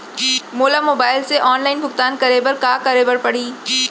मोला मोबाइल से ऑनलाइन भुगतान करे बर का करे बर पड़ही?